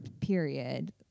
period